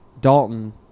Dalton